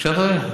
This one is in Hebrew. הקשבת לי?